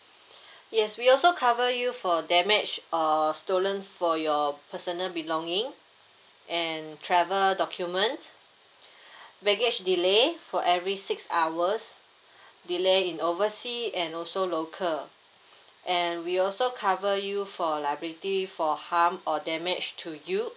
yes we also cover you for damage or stolen for your personal belonging and travel document baggage delay for every six hours delay in oversea and also local and we also cover you for liability for harm or damage to you